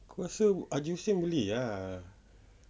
aku rasa haji hussin boleh ah